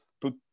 put